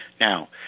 now